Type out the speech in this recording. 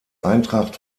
eintracht